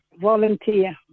Volunteer